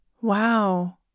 Wow